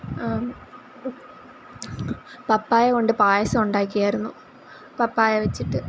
പപ്പായ കൊണ്ട് പായസം ഉണ്ടാക്കിയായിരുന്നു പപ്പായ വെച്ചിട്ട്